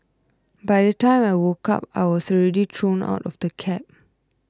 by the time I woke up I was already thrown out of the cab